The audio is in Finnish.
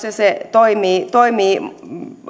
ja se toimii toimii